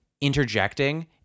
interjecting